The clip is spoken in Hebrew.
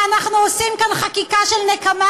מה, אנחנו עושים כאן חקיקה של נקמה?